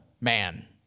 man